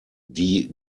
die